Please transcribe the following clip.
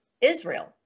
Israel